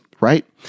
right